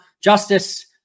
Justice